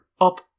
up